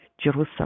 jerusalem